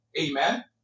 Amen